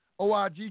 OIG